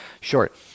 short